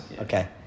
Okay